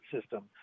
system